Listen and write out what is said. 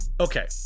Okay